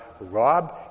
rob